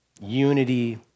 unity